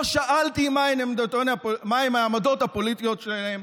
לא שאלתי מהן העמדות הפוליטיות שלהם,